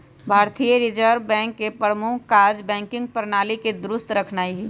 भारतीय reserve bank के प्रमुख काज़ बैंकिंग प्रणाली के दुरुस्त रखनाइ हइ